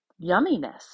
yumminess